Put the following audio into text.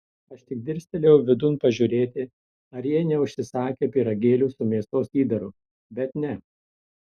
aš tik dirstelėjau vidun pažiūrėti ar jie neužsisakę pyragėlių su mėsos įdaru bet ne